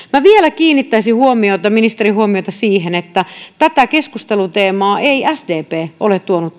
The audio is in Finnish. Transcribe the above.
minä vielä kiinnittäisin ministerin huomiota siihen että tätä keskusteluteemaa ei ole tuonut